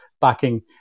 backing